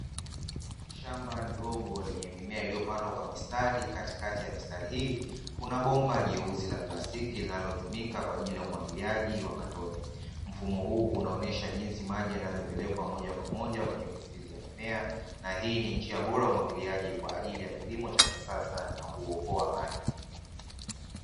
Shamba dogo lenye mimea iliyopandwa kwa mistari, katikati ya mistari hii kuna bomba jeusi la plastiki linalotumika kwa ajili ya umwagiliaji wa matone. Mfumo huu unaonyesha jinsi maji yanavyopelekwa moja kwa moja kwenye mizizi ya mimea na hii ni njia bora ya umwagiliaji kwa ajili ya kilimo cha kisasa na huokoa maji.